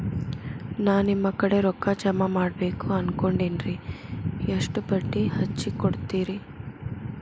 ನಾ ನಿಮ್ಮ ಕಡೆ ರೊಕ್ಕ ಜಮಾ ಮಾಡಬೇಕು ಅನ್ಕೊಂಡೆನ್ರಿ, ಎಷ್ಟು ಬಡ್ಡಿ ಹಚ್ಚಿಕೊಡುತ್ತೇರಿ?